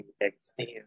extend